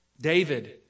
David